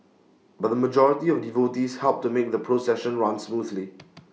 but the majority of devotees helped to make the procession run smoothly